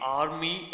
army